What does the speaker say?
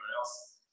else